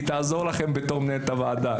היא תעזור לכם בתור מנהלת הוועדה.